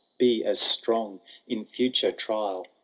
be as strong in future trial,